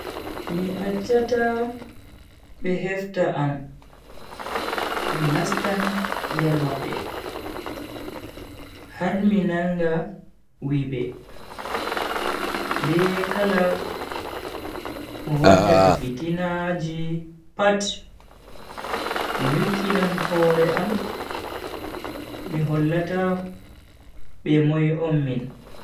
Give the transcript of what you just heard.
Mi acchata be hefta am mi nastan der mabbe har mi nanga wuibe be kala mo waddata fitinaji pat. Mi nyukkinan hore am mi hollata be moi on min.